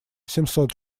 семьсот